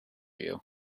you